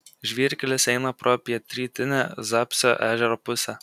žvyrkelis eina pro pietrytinę zapsio ežero pusę